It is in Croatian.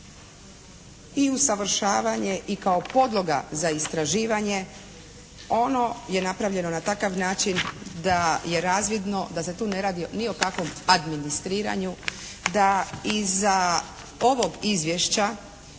i usavršavanje i kao podloga za istraživanje. Ono je napravljeno na takav način da je razvidno da se tu ne radi ni o kakvom administriranju, da iza ovog izvješća,